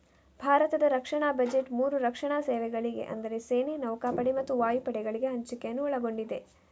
ಭಾರತದ ರಕ್ಷಣಾ ಬಜೆಟ್ ಮೂರು ರಕ್ಷಣಾ ಸೇವೆಗಳಿಗೆ ಅಂದರೆ ಸೇನೆ, ನೌಕಾಪಡೆ ಮತ್ತು ವಾಯುಪಡೆಗಳಿಗೆ ಹಂಚಿಕೆಯನ್ನು ಒಳಗೊಂಡಿದೆ